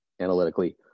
analytically